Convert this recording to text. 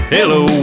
Hello